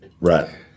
Right